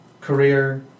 career